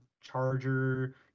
charger